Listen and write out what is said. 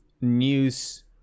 news